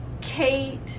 Kate